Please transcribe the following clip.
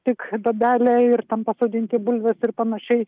tik duobelę ir ten pasodinti bulves ir panašiai